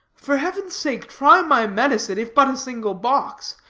for heaven's sake try my medicine, if but a single box.